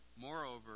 Moreover